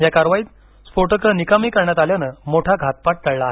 या कारवाईत स्फोटकं निकामी करण्यात आल्यानं मोठा घातपात टळला आहे